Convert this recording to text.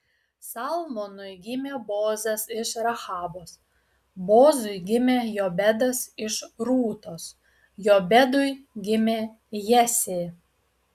salmonui gimė boozas iš rahabos boozui gimė jobedas iš rūtos jobedui gimė jesė